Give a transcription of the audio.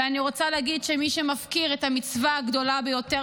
ואני רוצה להגיד שמי שמפקיר את המצווה הגדולה ביותר,